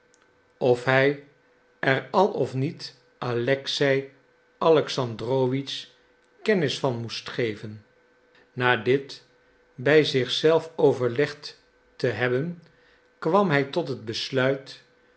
of hij er al of niet alexei alexandrowitsch kennis van moest geven na dit bij zich zelf overlegd ie hebben kwam hij tot het besluit